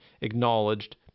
acknowledged